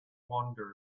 wandered